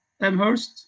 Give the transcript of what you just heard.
Amherst